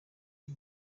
iki